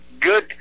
good